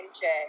check